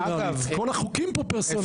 כל החוקים פה פרסונליים,